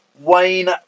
Wayne